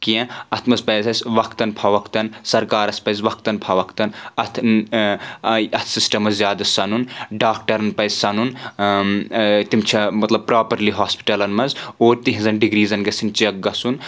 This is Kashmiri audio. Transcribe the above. کینٛہہ اتھ منٛز پزِ اَسہِ وقتَن فہٕ وقتَن سرکارَس پزِ وقتَن فہٕ وقتَن اَتھ اَتھ سِسٹم زیادٕ سَنُن ڈاکٹرَن پزِ سَنُن تِم چھا مطلب پَرٛاپَرلِی ہاسپِٹلَن منٛز اور تِہنٛزن ڈگریٖزن گژھان چیک گژھُن